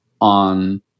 on